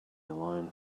alone